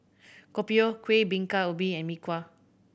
Kopi O Kueh Bingka Ubi and Mee Kuah